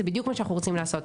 זה בדיוק מה שאנחנו רוצים לעשות.